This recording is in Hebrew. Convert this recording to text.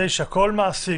כל מעסיק,